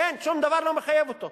אין, שום דבר לא מחייב אותו.